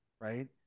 right